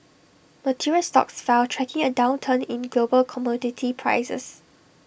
materials stocks fell tracking A downturn in global commodity prices